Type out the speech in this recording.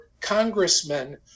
congressmen